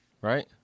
Right